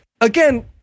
again